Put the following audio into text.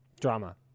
drama